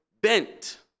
bent